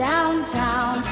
Downtown